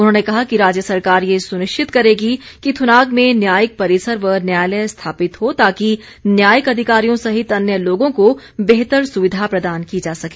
उन्होंने कहा कि राज्य सरकार ये सुनिश्चित करेगी कि थुनाग में न्यायिक परिसर व न्यायालय स्थापित हो ताकि न्यायिक अधिकारियों सहित अन्य लोगों को बेहतर सुविधा प्रदान की जा सके